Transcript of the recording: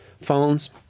phones